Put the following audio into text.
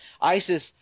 Isis